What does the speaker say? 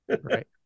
Right